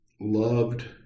loved